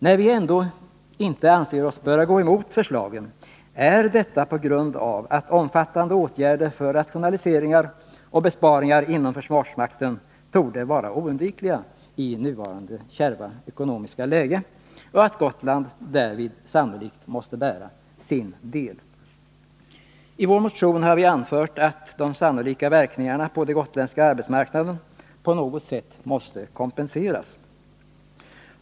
När vi inte ändå anser oss böra gå emot förslagen är detta på grund av att omfattande åtgärder för rationaliseringar och besparingar inom försvarsmakten torde vara oundvikliga i nuvarande kärva ekonomiska läge och att Gotland därvid sannolikt måste bära sin del. I vår motion har vi anfört att de sannolika verkningarna på den gotländska arbetsmarknaden på något sätt måste kompenseras.